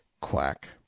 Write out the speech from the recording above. Quack